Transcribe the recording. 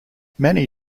many